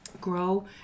grow